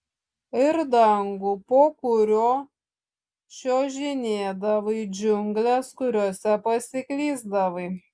ir dangų po kuriuo čiuožinėdavai džiungles kuriose pasiklysdavai